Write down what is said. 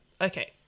Okay